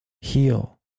heal